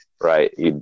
Right